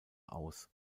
aus